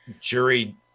jury